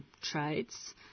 trades